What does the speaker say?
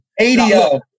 80